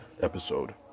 episode